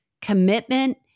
commitment